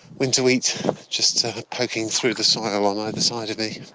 winter wheat just poking through the soil on either side of me.